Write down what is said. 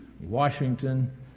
Washington